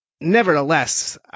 nevertheless